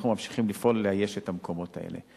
אנחנו ממשיכים לפעול לאיוש המקומות האלה.